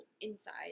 inside